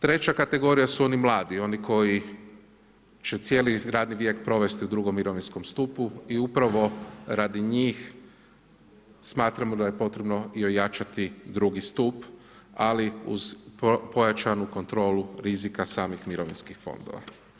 Treća kategorija su oni mladi, oni koji će cijeli radni vijek provesti u drugom mirovinskom stupu i upravo radi njih smatramo da je potrebno i ojačati drugi stup, ali pojačanu kontrolu rizika samih mirovinskih fondova.